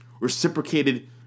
reciprocated